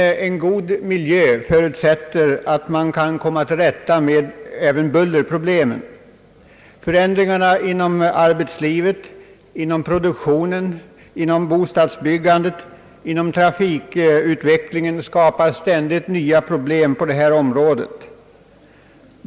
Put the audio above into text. En god miljö förutsätter att man kan komma till rätta med även bullerproblemet. Förändringarna inom arbetslivet, produktionen, bostadsbyggandet och trafikutvecklingen skapar ständigt nya problem på detta område.